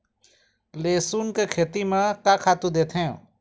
लेसुन के खेती म का खातू देथे?